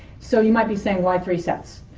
so you might be saying, why three sets?